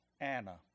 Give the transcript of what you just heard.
Anna